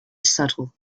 subtle